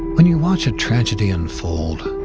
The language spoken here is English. when you watch a tragedy unfold,